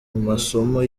masomo